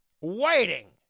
Waiting